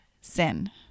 sin